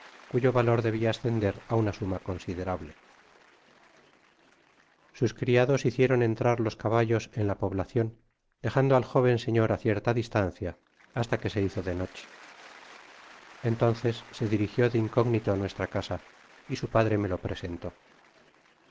cuyo valor debia ascender á una suma considerable sus criados hicieron entrar los caballos en la poblacion dejando al jóven señor á cierta distancia hasta que se hizo do noche entonces se dirigio de incógnito á nuestra casa y su padre me lo presentó